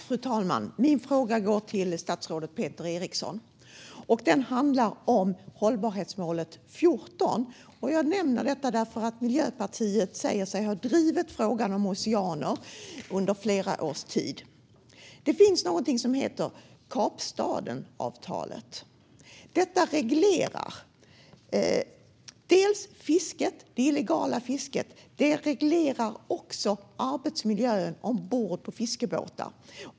Fru talman! Min fråga går till statsrådet Peter Eriksson och handlar om hållbarhetsmålet 14. Jag ställer denna fråga eftersom Miljöpartiet säger sig har drivit frågan om oceaner under flera års tid. Det finns något som heter Kapstadenavtalet. Det reglerar fisket, bekämpar det illegala fisket, och det reglerar också arbetsmiljön ombord på fiskebåtar.